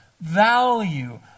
value